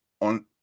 on